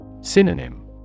Synonym